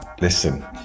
listen